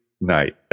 night